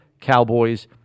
Cowboys